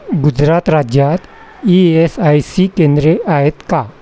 गुजरात राज्यात E S I C केंद्रे आहेत का